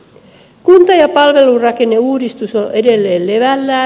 kunta ja palvelurakenneuudistus on edelleen levällään